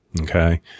Okay